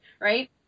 right